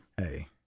Hey